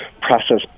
process